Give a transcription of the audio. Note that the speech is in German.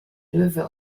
löwe